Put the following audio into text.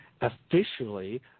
officially